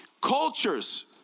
Cultures